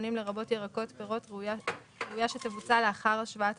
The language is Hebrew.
אפשר לדלג ושהוא יהיה קודם ואחר כך אני.